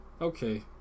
Okay